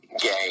game